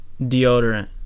deodorant